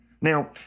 Now